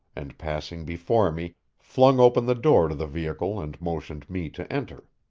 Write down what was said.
and passing before me, flung open the door to the vehicle and motioned me to enter.